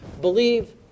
believe